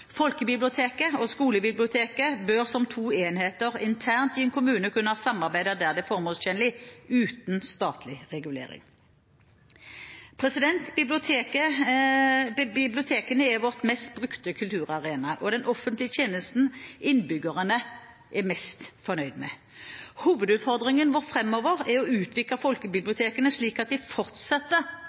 Folkebiblioteket og skolebiblioteket bør som to enheter internt i en kommune kunne samarbeide der det er formålstjenlig, uten statlig regulering. Bibliotekene er vår mest brukte kulturarena og den offentlige tjenesten innbyggerne er mest fornøyde med. Hovedutfordringen vår framover er å utvikle folkebibliotekene slik at de fortsetter